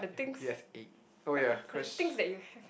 you have eight oh ya cause